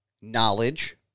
knowledge